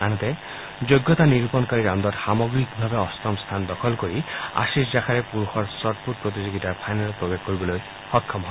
আনহাতে যোগ্যতা নিৰূপণকাৰী ৰাউণ্ডত সামগ্ৰিকভাৱে অষ্টম স্থান দখল কৰি আশিষ জাখাৰ পূৰুষৰ শ্বটপুট প্ৰতিযোগিতাৰ ফাইনেলত প্ৰৱেশ কৰিবলৈ সক্ষম হয়